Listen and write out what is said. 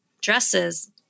Dresses